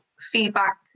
feedback